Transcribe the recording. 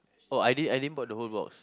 oh I didn't I didn't brought the whole box